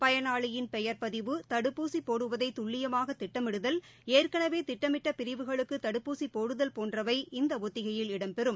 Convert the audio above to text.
பயனாளியின் பெயர் பதிவு தடுப்பூசி போடுவதை துல்லியமாக திட்டமிடுதல் ஏற்கனவே திட்டமிட்ட பிரிவுகளுக்கு தடுப்பூசி போடுதல் போன்றவை இந்த ஒத்திகையில் இடம்பெறும்